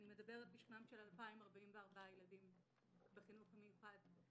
אני מדברת בשמם של 2,044 ילדים בחינוך המיוחד.